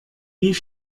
wie